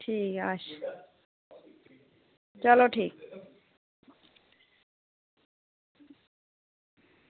ठीक ऐ अच्छा चलो ठीक